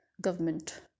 government